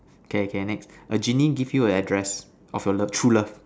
okay okay next a genie give you an address of your love true love